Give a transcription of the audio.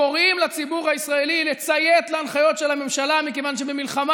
קוראים לציבור הישראלי לציית להנחיות של הממשלה מכיוון שבמלחמה